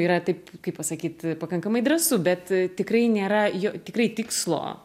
yra taip kaip pasakyt pakankamai drąsu bet tikrai nėra jo tikrai tikslo